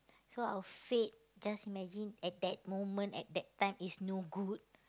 so our fate just imagine at that moment at that time is no good